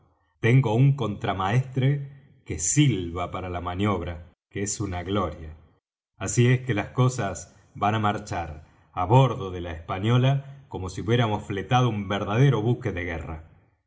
tengo un contramaestre que silba para la maniobra que es una gloria así es que las cosas van á marchar á bordo de la española como si hubiéramos fletado un verdadero buque de guerra